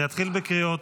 אני אתחיל בקריאות.